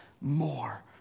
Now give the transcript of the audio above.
more